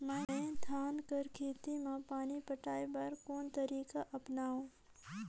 मैं धान कर खेती म पानी पटाय बर कोन तरीका अपनावो?